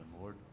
Lord